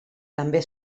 també